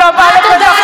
יפה מאוד,